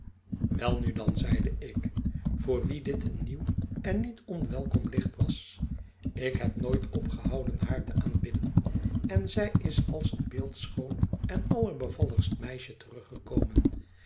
welnu dan zeide ik voor wien dit een nieuw en niet onwelkom licht was ik heb nooit opgehouden haar te aanbidden en zij is als een beeldschoon en allerbevalligst meisje teruggekomen